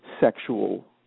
sexual